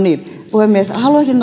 puhemies